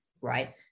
right